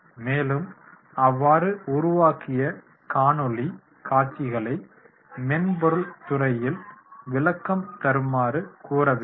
மேலும் அவ்வாறு உருவாக்கிய காணொளி காட்சிகளை மென்பொருள் துறையில் விளக்கம் தருமாறு கூற வேண்டும்